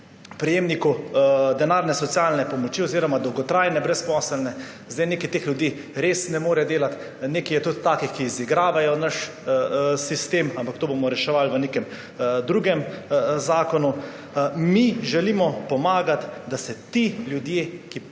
prejemnikov denarne socialne pomoči oziroma dolgotrajne brezposelne. Nekaj teh ljudi res ne more delati, nekaj je tudi takih, ki izigravajo naš sistem, ampak to bomo reševali v nekem drugem zakonu. Mi želimo pomagati, da se ti ljudje, ki